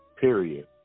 period